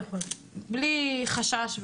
בלי חשש,